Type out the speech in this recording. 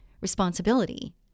responsibility